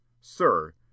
Sir